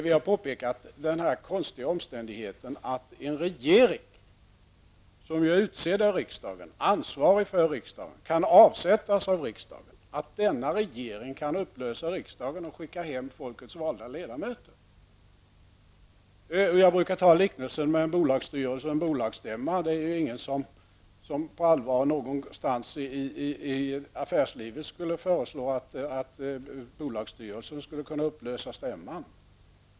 Vi har påpekat den konstiga omständigheten att en regering som är utsedd av riksdagen, ansvarig inför riksdagen och som kan avsättas av riksdagen kan upplösa riksdagen och skicka hem folkets valda ledamöter. Jag brukar ta liknelsen med en bolagsstyrelse och en bolagsstämma. Ingen i affärslivet skulle på allvar föreslå att bolagsstyrelsen skulle kunna upplösa stämman.